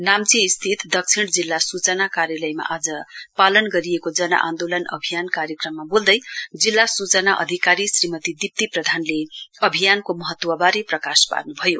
नाम्ची स्थित दक्षिण जिल्ला सुचना कार्यलयमा आज पालन गरिएको जन आन्दोलन अभियान कार्यक्रममा बोल्दै जिल्ला सुचाना अधिकारी श्रीमती दीप्ती प्रधानले अभियानको महत्वबारे प्रकाश पार्न् भयो